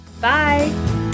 bye